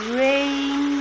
rain